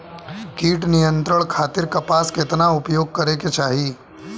कीट नियंत्रण खातिर कपास केतना उपयोग करे के चाहीं?